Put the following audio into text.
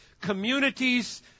communities